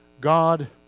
God